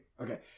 Okay